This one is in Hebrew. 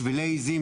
שבילי עיזים,